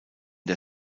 der